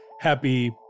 Happy